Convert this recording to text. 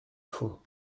fond